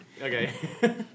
Okay